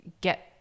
get